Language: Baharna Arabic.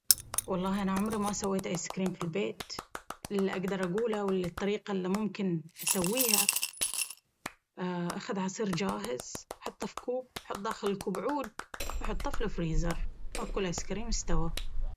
والله انا عمري ما سويت آيسكريم في البيت… اللي اقدر أقوله والطريقة الا ممكن أسويها. أخذ عصير جاهز، حطه فكوب، حط داخل الكوب عود ، وحطه في الفريزر! أكو الآيسكريم إستوى